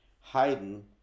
Haydn